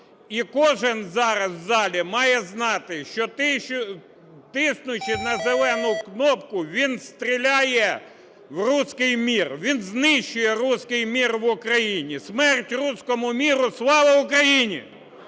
І кожен зараз в залі має знати, що, тиснучи на зелену кнопку, він стріляє в "русский мир", він знищує "русский мир" в Україні. Смерть "русскому миру". Слава Україні!